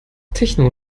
techno